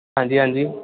ਹਾਂਜੀ ਹਾਂਜੀ